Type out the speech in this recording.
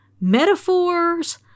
metaphors